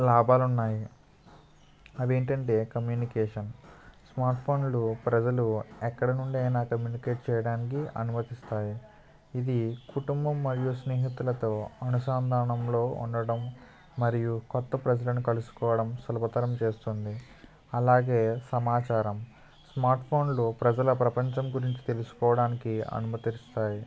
లాభాలు ఉన్నాయి అవేంటంటే కమ్మ్యూనికేషన్ స్మార్ట్ ఫోన్లు ప్రజలు ఎక్కడ నుండైనా కమ్మ్యూనికేట్ చేయడానికి అనుమతిస్తాయి ఇది కుటుంబం మరియు స్నేహితులతో అనుసంధానంలో ఉండడం మరియు కొత్త ప్రజలను కలుసుకోవడం సులభతరం చేస్తుంది అలాగే సమాచారం స్మార్ట్ ఫోన్లు ప్రజల ప్రపంచం గురించి తెలుసుకోవడానికి అనుమతిస్తాయి